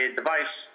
device